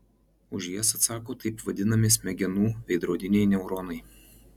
už jas atsako taip vadinami smegenų veidrodiniai neuronai